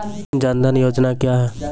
जन धन योजना क्या है?